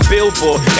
Billboard